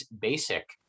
basic